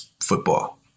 football